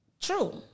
True